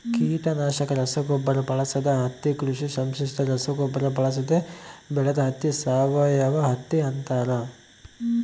ಕೀಟನಾಶಕ ರಸಗೊಬ್ಬರ ಬಳಸದ ಹತ್ತಿ ಕೃಷಿ ಸಂಶ್ಲೇಷಿತ ರಸಗೊಬ್ಬರ ಬಳಸದೆ ಬೆಳೆದ ಹತ್ತಿ ಸಾವಯವಹತ್ತಿ ಅಂತಾರ